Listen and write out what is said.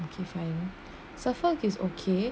okay fine suffolk is okay